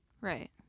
Right